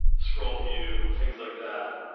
scroll view, things like that.